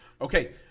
Okay